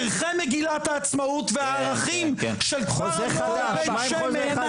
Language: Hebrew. ערכי מגילת העצמאות והערכים של כפר הנוער בן שמן,